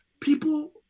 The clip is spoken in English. people